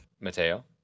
Mateo